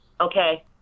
Okay